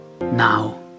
now